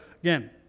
again